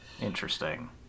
Interesting